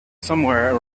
somewhere